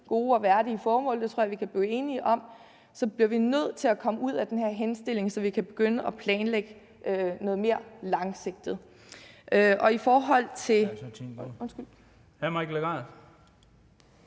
gode og værdige formål, det tror jeg vi kan blive enige om – så bliver vi nødt til at komme ud af den her henstilling, så vi kan begynde at planlægge noget mere langsigtet. Kl.